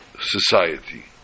society